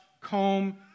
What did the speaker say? comb